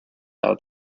out